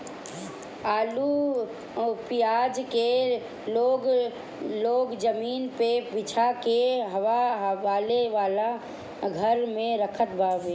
आलू पियाज के भी लोग जमीनी पे बिछा के हवा आवे वाला घर में रखत हवे